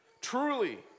Truly